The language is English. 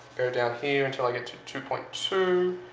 go down here until i get to two point two,